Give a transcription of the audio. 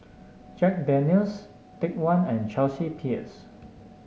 Jack Daniel's Take One and Chelsea Peers